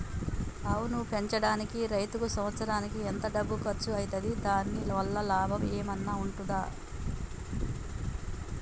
ఆవును పెంచడానికి రైతుకు సంవత్సరానికి ఎంత డబ్బు ఖర్చు అయితది? దాని వల్ల లాభం ఏమన్నా ఉంటుందా?